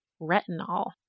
retinol